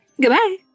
Goodbye